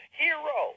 hero